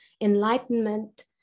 enlightenment